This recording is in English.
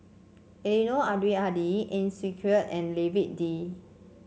Eddino Abdul Hadi Ang Swee Aun and David Lee